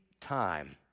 time